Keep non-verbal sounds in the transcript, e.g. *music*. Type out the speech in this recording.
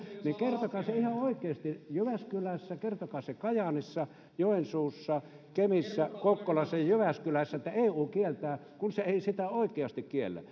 kertokaa se ihan oikeasti jyväskylässä kertokaa se kajaanissa joensuussa kemissä kokkolassa ja jyväskylässä että eu kieltää kun se ei sitä oikeasti kiellä *unintelligible*